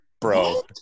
bro